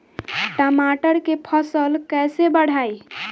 टमाटर के फ़सल कैसे बढ़ाई?